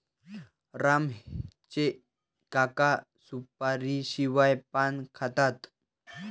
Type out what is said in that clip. राम चे काका सुपारीशिवाय पान खातात